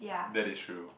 that is true